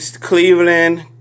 Cleveland